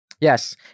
Yes